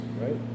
right